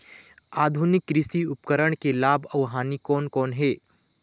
आधुनिक कृषि उपकरण के लाभ अऊ हानि कोन कोन हे?